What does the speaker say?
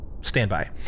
standby